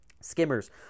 Skimmers